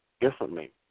differently